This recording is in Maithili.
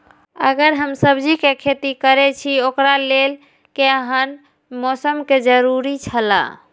अगर हम सब्जीके खेती करे छि ओकरा लेल के हन मौसम के जरुरी छला?